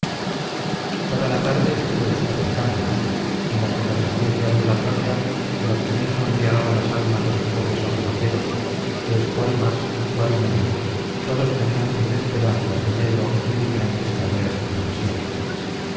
toda la tarde estuvo despotricando en la conversación deambulatoria el optimismo embriagaba las almas de los pobres ojalateros pues cuál más cuál menos todos tenían sus esperanzas de medro en diferentes carreras y profesiones